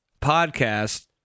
podcast